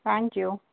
thank you